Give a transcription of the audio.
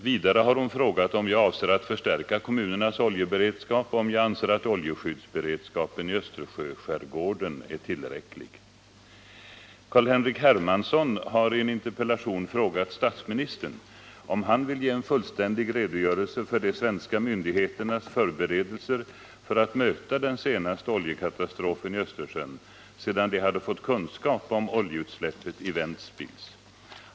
Vidare har hon frågat om jag avser att förstärka kommunernas oljeberedskap och om jag anser att oljeskyddsberedskapen i Östersjöskärgården är tillräcklig. Carl-Henrik Hermansson har i en interpellation frågat statsministern om han vill ge en fullständig redogörelse för de svenska myndigheternas förberedelser för att möta den senaste oljekatastrofen i Östersjön, sedan de hade fått kunskap om oljeutsläppet i Ventspils.